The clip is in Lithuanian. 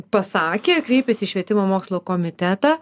pasakė kreipėsi į švietimo mokslo komitetą